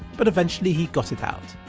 but eventually he got it out,